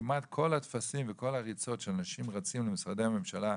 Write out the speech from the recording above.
כמעט כל הטפסים וכל הריצות שאנשים רצים למשרדי הממשלה,